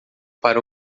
para